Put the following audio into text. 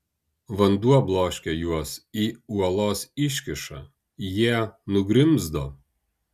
vanduo bloškė juos į uolos iškyšą jie nugrimzdo